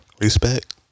Respect